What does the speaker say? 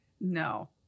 No